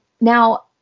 Now